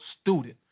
student